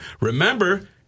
Remember